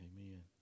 Amen